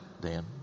Dan